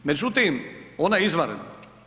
Međutim, ona je izvanredna.